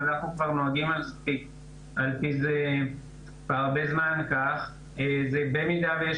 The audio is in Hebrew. אנחנו נוהגים כבר הרבה זמן ובמידה שיש